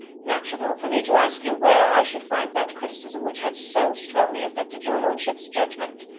natural for me to ask you where i should find that criticism which had so strongly affected your lordship's judgment.